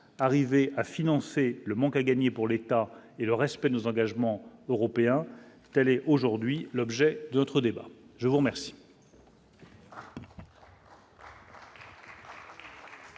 arrivé à financer le manque à gagner pour l'État et le respect de nos engagements européens, telle est aujourd'hui l'objet d'autre débat je vous remercie.